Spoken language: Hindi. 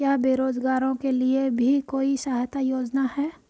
क्या बेरोजगारों के लिए भी कोई सहायता योजना है?